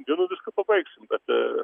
dienų viską pabaigsim bet